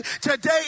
today